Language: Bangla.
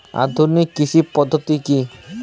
আধুনিক কৃষি পদ্ধতি কী?